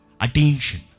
attention